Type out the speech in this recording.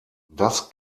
das